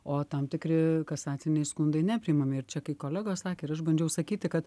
o tam tikri kasaciniai skundai nepriimami ir čia kai kolegos sakė ir aš bandžiau sakyti kad